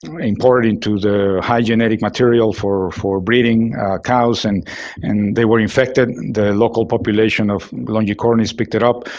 important to the high genetic material for for breeding cows and and they were infected. the local population of longicornis picked it up,